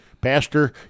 Pastor